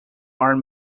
are